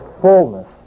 fullness